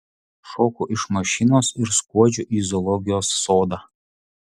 šoku iš mašinos ir skuodžiu į zoologijos sodą